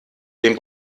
den